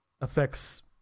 affects